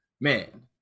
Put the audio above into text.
man